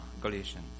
Galatians